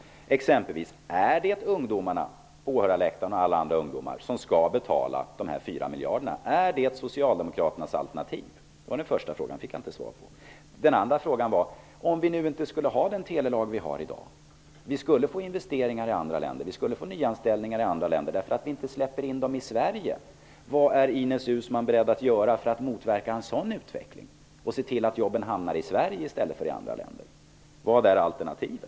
Exempelvis: Är det ungdomarna på åhörarläktaren och alla andra ungdomar som skall betala de 4 miljarderna? Är det Socialdemokraternas alternativ? Det var den första frågan, och den fick jag inte svar på. Den andra frågan var: Om vi nu inte skulle ha den telelag vi har i dag skulle investeringarna och nyanställningarna göras i andra länder, därför att vi inte släpper in dem i Sverige. Vad är Ines Uusmann beredd att göra för att motverka en sådan utveckling och se till att jobben hamnar i Sverige i stället för i andra länder? Vad är alternativet?